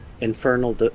infernal